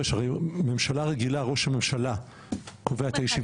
ממשלה רגילה ראש הממשלה קובע את הישיבה,